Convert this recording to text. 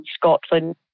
Scotland